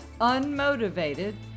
unmotivated